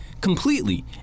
completely